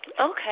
Okay